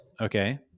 Okay